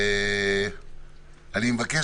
אני מבקש